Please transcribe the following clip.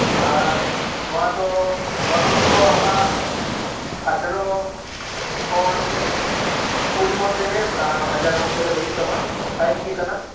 ᱟᱨ ᱱᱚᱣᱟ ᱫᱚ ᱜᱚᱱᱚᱝ ᱫᱚ ᱟᱢᱟᱜ ᱟᱴᱷᱮᱨᱚ ᱠᱷᱚᱱ ᱠᱩᱲᱤ ᱢᱚᱫᱷᱮᱨᱮ ᱦᱟᱡᱟᱨ ᱢᱚᱫᱷᱮᱨᱮ ᱦᱩᱭᱩᱜ ᱛᱟᱢᱟ ᱯᱷᱟᱭᱤᱵ ᱡᱤ ᱠᱟᱱᱟ